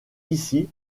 ici